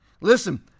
Listen